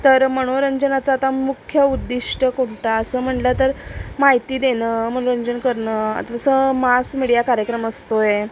तर मनोरंजनाचा आता मुख्य उद्दिष्ट कोणता असं म्हटलं तर माहिती देणं मनोरंजन करणं आता जसं मास मिडिया कार्यक्रम असतोय